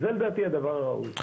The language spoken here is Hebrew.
זה לדעתי הדבר הראוי.